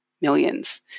millions